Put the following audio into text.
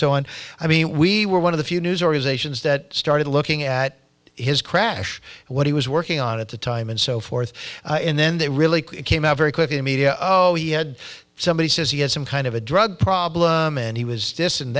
on i mean we were one of the few news organizations that started looking at his crash what he was working on at the time and so forth and then they really came out very quickly the media oh he had somebody says he had some kind of a drug problem and he was